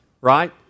right